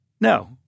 No